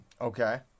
Okay